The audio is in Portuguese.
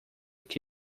que